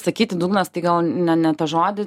sakyti dugnas tai gal ne ne tą žodį